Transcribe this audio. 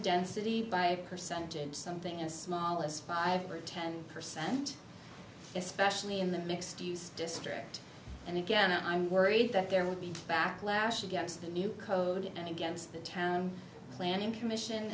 density by a percentage something as small as five or ten percent especially in the mixed use district and again i'm worried that there will be a backlash against the new code and against the town planning commission